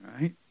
Right